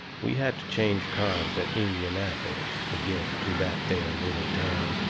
we had to change cars at indianapolis to get to that there little town.